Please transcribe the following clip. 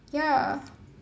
ya